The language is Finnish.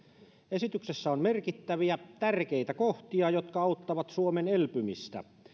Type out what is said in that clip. esityksessä on merkittäviä tärkeitä kohtia jotka auttavat suomen elpymistä